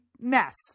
mess